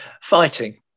fighting